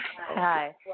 Hi